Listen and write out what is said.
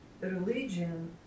religion